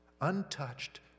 untouched